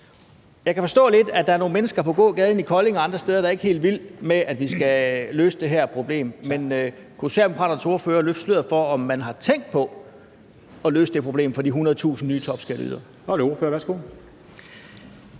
Jeg kan forstå lidt, at der er nogle mennesker på gågaden i Kolding og andre steder, der ikke er helt vilde med, at de skal løse det her problem, men kunne Socialdemokratiets ordfører løfte sløret for, om man har tænkt på at løse det problem for de 100.000 nye topskatteydere?